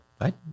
right